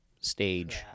stage